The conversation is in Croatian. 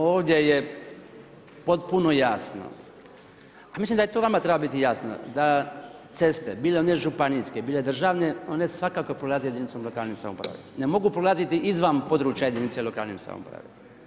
Ovdje je potpuno jasno, a mislim da to i vama treba biti jasno da ceste bile one županijske, one svakako prolaze jedinicom lokalne samouprave, ne mogu prolaziti zvan područja jedinice lokalne samouprave.